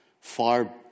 far